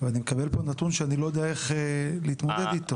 אני מקבל פה נתון שאני לא יודע איך להתמודד איתו.